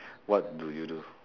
what do you do